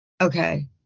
Okay